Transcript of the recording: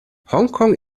hongkong